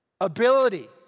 ability